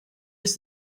use